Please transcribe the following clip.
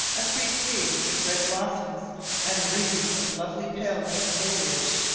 a sweet pea, with red blossoms and wreaths of lovely pale green foliage